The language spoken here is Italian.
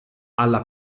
alla